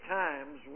times